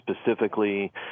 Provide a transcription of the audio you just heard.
specifically